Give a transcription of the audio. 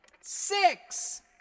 six